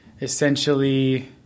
essentially